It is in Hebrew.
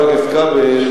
חבר הכנסת כבל,